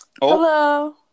hello